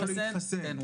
להתחסן.